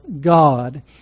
God